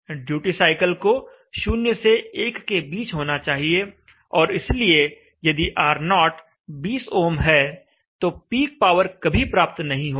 duty cycle को 0 से 1 के बीच होना चाहिए और इसलिए यदि R0 20 ओम है तो पीक पावर कभी प्राप्त नहीं होगी